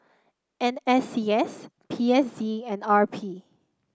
N S C S P S C and R P